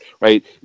right